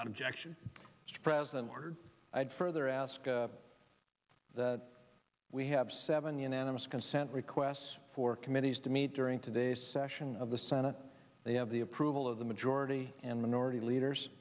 not objection to present word i'd further ask that we have seven unanimous consent requests for committees to meet during today's session of the senate they have the approval of the majority and minority leaders